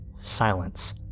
silence